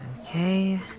Okay